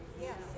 Yes